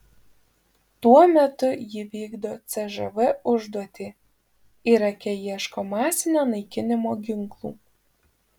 tuo metu ji vykdo cžv užduotį irake ieško masinio naikinimo ginklų